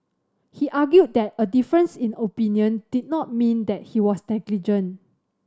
he argued that a difference in opinion did not mean that he was negligent